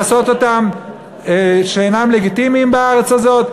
לעשות אותם לא לגיטימיים בארץ הזו?